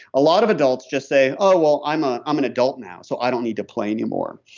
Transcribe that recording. a lot of adults just say, oh, well i'm ah an um an adult now so i don't need to play anymore.